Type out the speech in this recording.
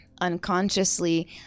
unconsciously